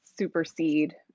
supersede